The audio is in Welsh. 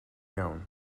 iawn